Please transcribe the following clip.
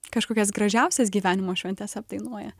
kažkokias gražiausias gyvenimo šventes apdainuoja